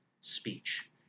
speech